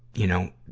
you know,